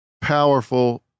Powerful